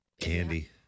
candy